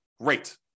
great